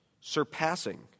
Surpassing